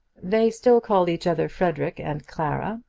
they still called each other frederic and clara,